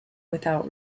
without